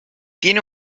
tiene